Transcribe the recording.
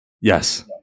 Yes